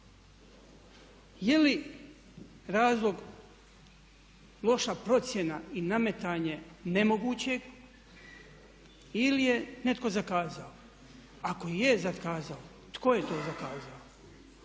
Je li razlog loša procjena i nametanje nemogućeg ili je netko zakazao? Ako je zakazao, tko je to zakazao?